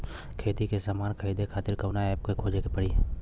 खेती के समान खरीदे खातिर कवना ऐपपर खोजे के पड़ी?